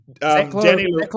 Danny